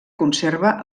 conserva